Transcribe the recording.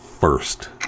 first